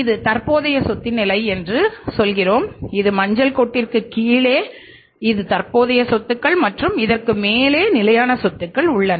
இது தற்போதைய சொத்தின் நிலை என்று சொல்கிறோம் இது மஞ்சள் கோட்டிற்குக் கீழே இல்லை இது தற்போதைய சொத்துக்கள் மற்றும் இதற்கு மேலே நிலையான சொத்துக்கள் உள்ளன